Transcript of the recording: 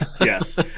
Yes